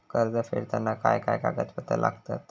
कर्ज फेडताना काय काय कागदपत्रा लागतात?